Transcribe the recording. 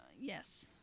Yes